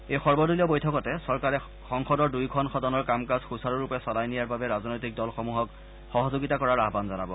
এই সৰ্বদলীয় বৈঠকতে চৰকাৰে সংসদৰ দুয়োখন সদনৰ কাম কাজ সুচাৰুৰূপে চলাই নিয়াৰ বাবে ৰাজনৈতিক দলসমূহক সহযোগিতা কৰাৰ আয়ান জনাব